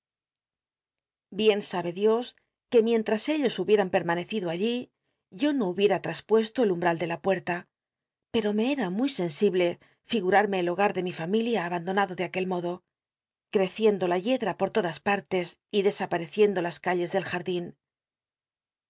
bien sabe dios que mienhas ellos hubieran pel'mnnccido alli yo no hubiera haspucsto el umbral de la puerta pero me era muy sensible ogm hmc el hogar de mi familia abandonado de aquel modo l todas partes y desaparejcciendo la yed ra po c ciendo las calles del jarclin